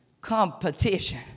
competition